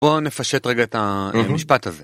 בוא נפשט רגע את המשפט הזה.